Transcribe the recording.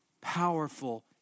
powerful